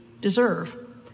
deserve